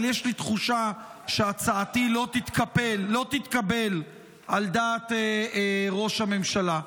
אבל יש לי תחושה שהצעתי לא תתקבל על דעת ראש הממשלה.